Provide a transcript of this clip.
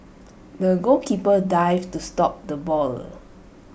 the goalkeeper dived to stop the ball